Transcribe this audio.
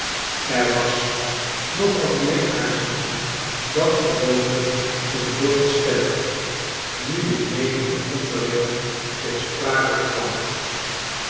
er was nog wat meer aarzeling dan gewoonlijk in dorrit's stem nu dit netelig onderwerp ter sprake kwam